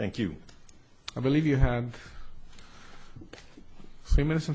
thank you i believe you have three minutes